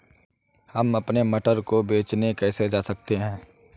हम अपने मटर को बेचने कैसे जा सकते हैं?